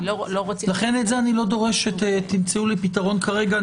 לכן את זה אני לא דורש שתמצאו לי פתרון כרגע.